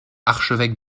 archevêque